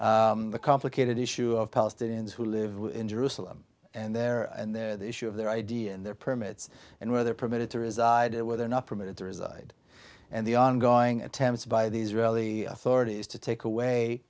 the complicated issue of palestinians who live in jerusalem and there and their issue of their id and their permits and where they're permitted to reside whether or not permitted to reside and the ongoing attempts by the israeli authorities to take away